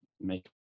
make